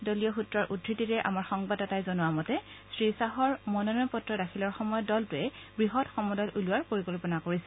দলীয় সূত্ৰৰ উদ্ধৃতিৰে আমাৰ সংবাদদাতাই জনোৱা মতে শ্ৰীশ্বাহৰ মনোনয়ন পত্ৰৰ দাখিলৰ সময়ত দলটোৱে বৃহৎ সমদল উলিওৱাৰ পৰিকল্পনা কৰিছে